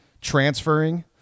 transferring